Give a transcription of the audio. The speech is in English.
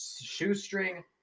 shoestring